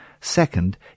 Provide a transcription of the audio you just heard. Second